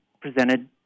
presented